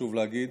חשוב להגיד,